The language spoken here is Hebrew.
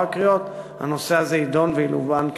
הקריאות הנושא הזה יידון וילובן כדבעי.